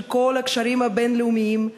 של כל הקשרים הבין-לאומיים,